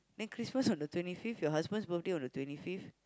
then Christmas on the twenty fifth your husband birthday on the twenty fifth